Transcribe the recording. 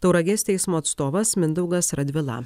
tauragės teismo atstovas mindaugas radvila